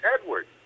Edward